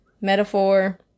Metaphor